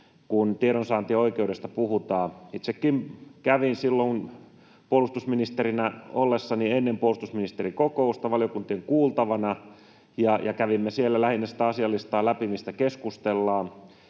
kun tiedonsaantioikeudesta puhutaan. Itsekin kävin silloin puolustusministerinä ollessani ennen puolustusministerikokousta valiokuntien kuultavana, ja kävimme siellä lähinnä läpi sitä asialistaa, mistä keskustellaan.